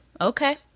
okay